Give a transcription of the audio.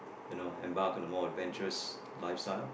you know embark on a more adventurous lifestyle